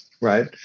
Right